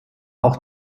auch